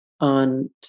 on